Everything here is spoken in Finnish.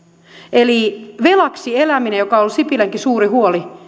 eli velaksi eläminen joka on ollut sipilänkin suuri huoli